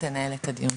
תנהל את הדיון.